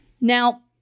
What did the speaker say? Now